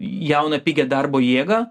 jauną pigią darbo jėgą